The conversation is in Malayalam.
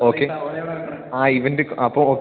ഓക്കെ ആ ഇവൻ്റ് അപ്പോൾ ഓ